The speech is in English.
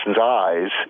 eyes